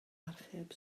archeb